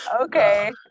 Okay